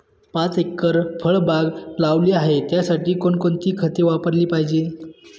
पाच एकर फळबाग लावली आहे, त्यासाठी कोणकोणती खते वापरली पाहिजे?